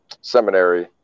seminary